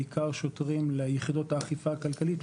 בעיקר שוטרים ליחידות האכיפה הכלכלית,